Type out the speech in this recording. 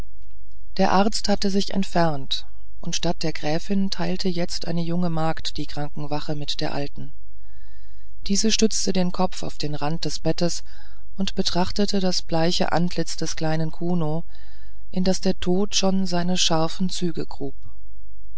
der arzt hatte sich entfernt und statt der gräfin teilte jetzt eine junge magd die krankenwache mit der alten diese stützte den kopf auf den rand des bettes und betrachtete das bleiche antlitz des kleinen kuno in das der tod schon seine scharfen züge grub